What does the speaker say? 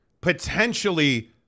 potentially